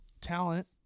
talent